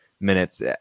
Minutes